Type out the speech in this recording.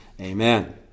Amen